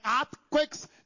earthquakes